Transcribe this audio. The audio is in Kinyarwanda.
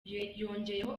yongeyeho